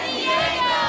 Diego